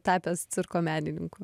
tapęs cirko menininku